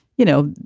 you know,